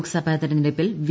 ലോക്സഭാ തെരഞ്ഞെടുപ്പിൽ വി